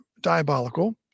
diabolical